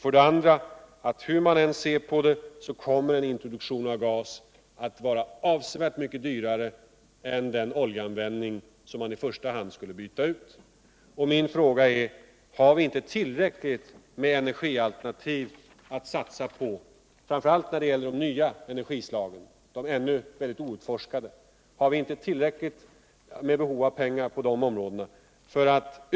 För det andra kommer, hur man än ser på frågan, en introduktion av gas att bli avsevärt mycket dyrare än den olja som man i första hand skulle byta ut. Min fråga är: Har vi inte tillräckligt många energialternativ att satsa på, framför allt när det gäller de nya och i stor utsträckning ännu outforskade energislagen? Har vi inte tillräckligt stort behov av pengar på dessa områden för att.